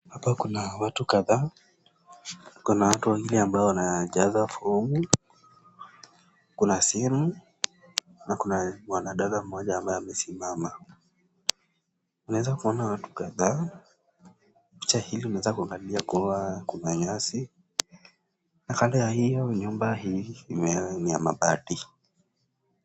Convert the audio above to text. Hapo kuna watu kadhaa. Kuna watu wawili ambao wanajaza fomu. Kuna simu na kuna mwanadada mmoja ambaye amesimama. Unaweza kuona watu kadhaa. Picha hili unaweza kuangalia kuwa kuna nyasi. Na kando ya hiyo nyumba hii ni ya mabati.